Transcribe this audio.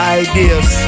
ideas